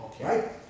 Right